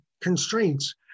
constraints